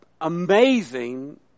amazing